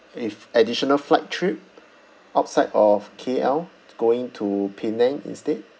a f~ additional flight trip outside of K_L going to penang instead